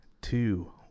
two